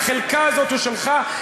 תאמר שהחלקה הזאת היא שלך,